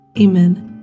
Amen